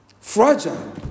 Fragile